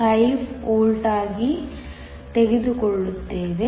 5 ವೋಲ್ಟ್ಗಳಾಗಿ ತೆಗೆದುಕೊಳ್ಳುತ್ತೇವೆ